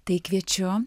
tai kviečiu